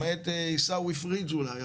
למעט עיסאווי פריג' אולי,